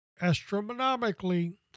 astronomically